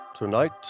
Tonight